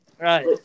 Right